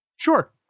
Sure